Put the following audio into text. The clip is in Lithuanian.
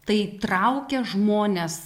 tai traukia žmones